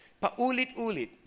pa-ulit-ulit